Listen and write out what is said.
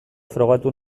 frogatu